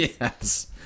Yes